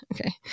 okay